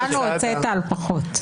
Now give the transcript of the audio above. אותנו הוצאת על פחות.